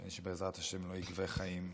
השני שבעזרת השם לא יגבה חיים.